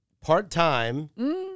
part-time